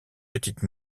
petite